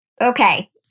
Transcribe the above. Okay